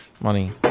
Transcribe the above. money